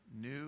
new